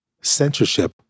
Censorship